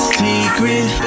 secret